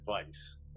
advice